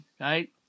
right